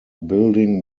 building